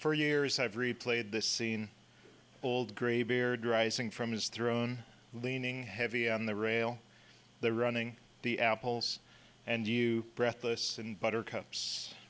for years have replayed the scene old gray beard rising from his throne leaning heavy on the rail the running the apples and you breathless and buttercups